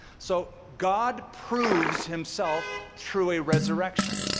so god proves himself through a resurrection